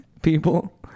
people